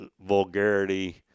vulgarity